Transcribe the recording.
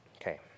Okay